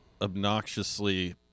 obnoxiously